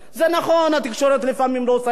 התקשורת לפעמים לא עושה את עבודתה,